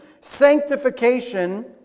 Sanctification